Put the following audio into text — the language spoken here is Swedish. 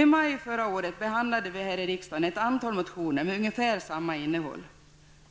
I maj förra året behandlade vi här i riksdagen ett antal motioner med ungefär samma innehåll.